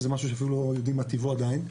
זה משהו שאפילו לא יודעים מה טיבו עדיין.